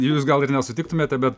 jus gal ir nesutiktumėte bet